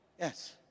Yes